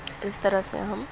اس طرح سے ہم